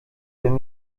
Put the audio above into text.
ten